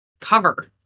cover